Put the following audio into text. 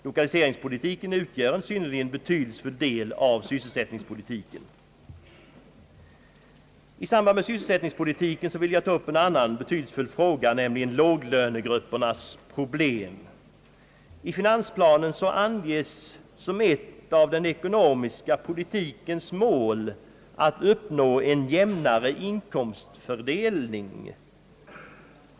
Lokaliseringspolitiken utgör en synnerligen betydelsefull del av sysselsättningspolitiken. I samband med sysselsättningspolitiken vill jag ta upp en annan betydelsefull fråga, nämligen låglönegruppernas problem. I finansplanen anges som ett av den ekonomiska politikens mål att uppnå en jämnare inkomstfördelning.